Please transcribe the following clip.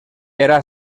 era